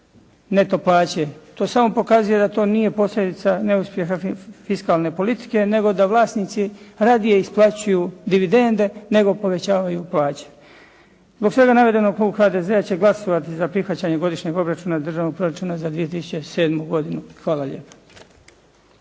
neto plaće. To samo pokazuje da to nije posljedica neuspjeha fiskalne politike nego da vlasnici radije isplaćuju dividende nego povećavaju plaće. Zbog svega navedenog klub HDZ-a će glasovati za prihvaćanje Godišnjeg obračuna Državnog proračuna za 2007. godinu. Hvala lijepo.